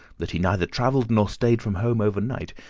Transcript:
that he neither travelled nor stayed from home overnight,